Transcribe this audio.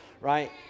right